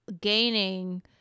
gaining